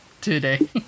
today